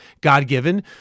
God-given